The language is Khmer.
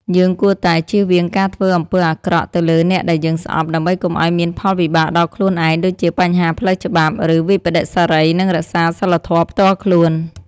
យើងគួរតែ ជៀសវាងការធ្វើអំពើអាក្រក់ទៅលើអ្នកដែលយើងស្អប់ ដើម្បីកុំឲ្យមានផលវិបាកដល់ខ្លួនឯង (ដូចជាបញ្ហាផ្លូវច្បាប់ ឬវិប្បដិសារី) និងរក្សាសីលធម៌ផ្ទាល់ខ្លួន។